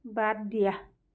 বাদ দিয়া